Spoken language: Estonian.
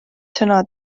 sõna